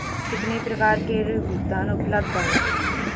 कितनी प्रकार के ऋण भुगतान उपलब्ध हैं?